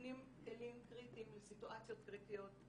נותנים כלים קריטיים לסיטואציות קריטיות.